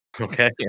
Okay